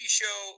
show